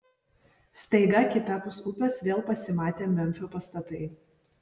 staiga kitapus upės vėl pasimatė memfio pastatai